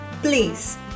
Please